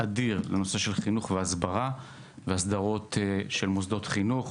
אדיר לנושא של חינוך והסברה והסדרות של מוסדות חינוך.